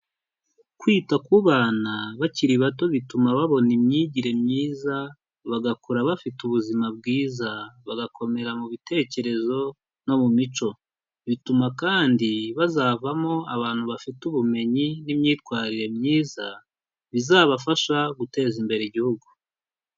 Kwita ku bana bakiri bato bituma babona imyigire myiza, bagakura bafite ubuzima bwiza, bagakomera mu bitekerezo no mu mico. Bituma kandi bazavamo abantu bafite ubumenyi n'imyitwarire myiza, bizabafasha guteza imbere igihugu.